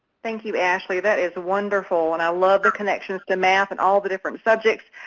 thank you, ashley. that is wonderful and i love the connections to math and all of the different subjects.